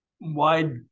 wide